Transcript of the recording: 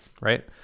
right